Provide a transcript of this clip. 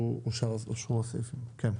אושר אקריא לפי הסעיפים המקוריים.